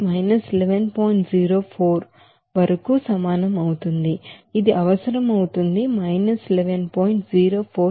04కు సమానం అవుతుంది ఇది అవసరం అవుతుంది 11